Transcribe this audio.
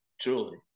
truly